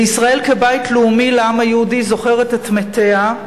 וישראל, כבית לאומי לעם היהודי, זוכרת את מתיה,